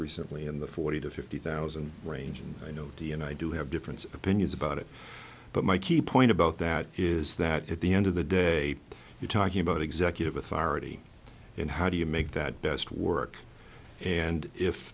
recently in the forty to fifty thousand range and i know d and i do have different opinions about it but my key point about that is that at the end of the day you're talking about executive authority and how do you make that best work and if